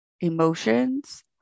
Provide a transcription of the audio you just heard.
emotions